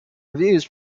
reviews